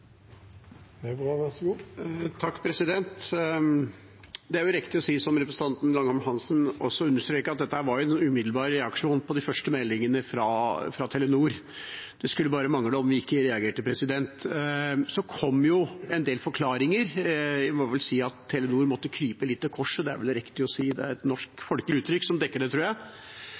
Det er riktig å si, som representanten Langholm Hansen også understreket, at dette var en umiddelbar reaksjon på de første meldingene fra Telenor. Det skulle bare mangle om vi ikke reagerte. Så kom det en del forklaringer. Vi må vel si at Telenor måtte krype litt til korset – det er det vel riktig å si. Det er et norsk, folkelig uttrykk som dekker det, tror jeg.